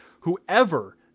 whoever